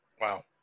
Wow